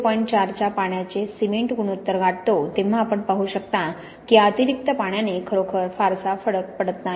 4 च्या पाण्याचे सिमेंट गुणोत्तर गाठतो तेव्हा आपण पाहू शकता की या अतिरिक्त पाण्याने खरोखर फारसा फरक पडत नाही